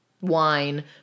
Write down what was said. wine